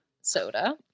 soda